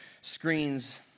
screens